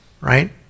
Right